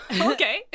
okay